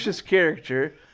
character